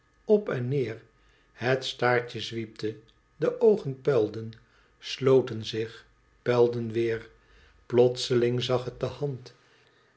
op en neer het staartje zwiepte de oogen puilden sloten zich puilden weer plotseling zag het de hand